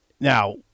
Now